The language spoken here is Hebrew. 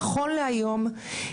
נכון להיום,